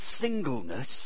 singleness